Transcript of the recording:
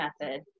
method